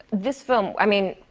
this film i mean,